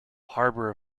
harbour